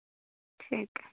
ठीक ऐ